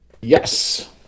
Yes